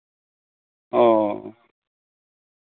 ᱚᱻ